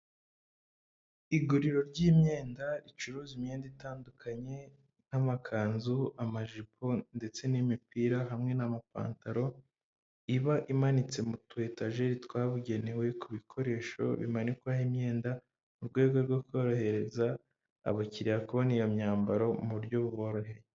Iguriro ry'imyenda ricuruza imyenda itandukanye nk'amakanzu, amajipo ndetse n'imipira hamwe n'amapantaro, iba imanitse mu tu etajeri twabugenewe ku bikoresho bimanikwaho imyenda mu rwego rwo korohereza abakiriya kobona iyo myambaro mu buryo buboroheye.